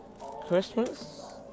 Christmas